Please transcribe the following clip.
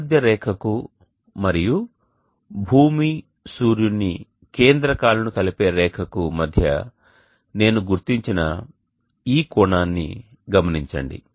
భూమధ్య రేఖకు మరియు భూమి సూర్యుని కేంద్రకాలను కలిపే రేఖకు మధ్య నేను గుర్తించిన ఈ కోణాన్ని గమనించండి